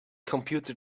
computer